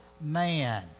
man